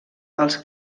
als